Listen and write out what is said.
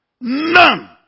none